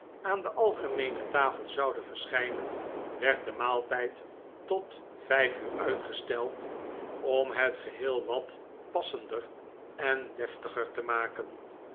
aan de algemeene tafel zouden verschijnen werd de maaltijd tot vijf uur uitgesteld om het geheel wat passender en deftiger te maken